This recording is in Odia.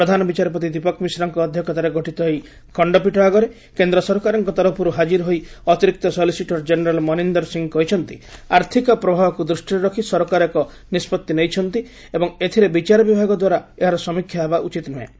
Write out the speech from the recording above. ପ୍ରଧାନବିଚାରପତି ଦୀପକ ମିଶ୍ରଙ୍କ ଅଧ୍ୟକ୍ଷତାରେ ଗଠିତ ଏହି ଖଣ୍ଡପୀଠ ଆଗରେ କେନ୍ଦ୍ର ସରକାରଙ୍କ ତରଫରୁ ହାଜିର ହୋଇ ଅତିରିକ୍ତ ସଲିସିଟର ଜେନେରାଲ୍ ମନିନ୍ଦର ସିଂ କହିଛନ୍ତି ଆର୍ଥିକ ପ୍ରଭାବକୁ ଦୃଷ୍ଟିରେ ରଖି ସରକାର ଏକ ନିଷ୍ପଭି ନେଇଛନ୍ତି ଏବଂ ଏଥିରେ ବିଚାର ବିଭାଗ ଦ୍ୱାରା ଏହାର ସମୀକ୍ଷା ହେବା ଉଚିତ ନୁହେଁ